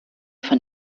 von